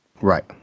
right